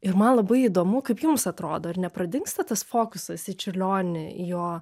ir man labai įdomu kaip jums atrodo ir nepradingsta tas fokusas į čiurlionį jo